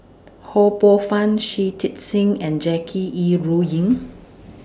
Ho Poh Fun Shui Tit Sing and Jackie Yi Ru Ying